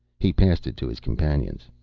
he passed it to his companions.